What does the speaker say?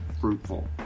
fruitful